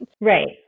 Right